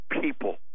people